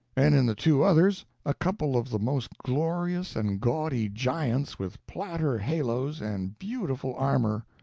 and in the two others a couple of the most glorious and gaudy giants, with platter halos and beautiful armor.